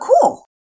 cool